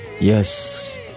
yes